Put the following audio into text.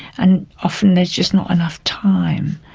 and often there's just not enough time.